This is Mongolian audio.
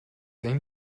энэ